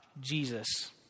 Jesus